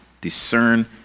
discern